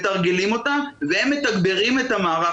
מתרגלים אותם והם מתגברים את המערך.